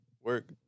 work